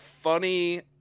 funny